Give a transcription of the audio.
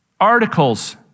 articles